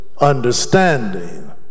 understanding